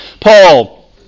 Paul